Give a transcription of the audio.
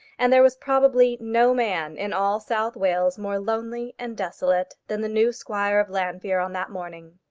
and there was probably no man in all south wales more lonely and desolate than the new squire of llanfeare on that morning.